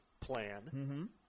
plan